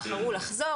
בחרו לחזור,